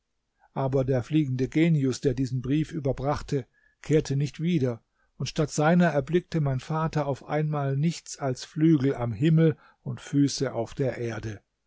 aber der fliegende genius der diesen brief überbrachte kehrte nicht wieder und statt seiner erblickte mein vater auf einmal nichts als flügel am himmel und füße auf der erde